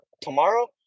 tomorrow